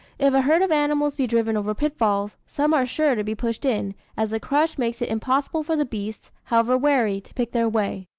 if a herd of animals be driven over pitfalls, some are sure to be pushed in, as the crush makes it impossible for the beasts, however wary, to pick their way.